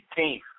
18th